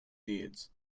deeds